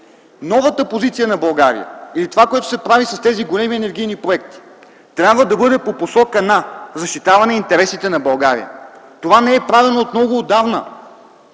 Новата позиция на България, или това, което се прави с тези големи енергийни проекти, трябва да бъде по посока на защитаване интересите на България. Това не е правено много отдавна.